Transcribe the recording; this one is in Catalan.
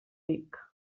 dic